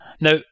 Now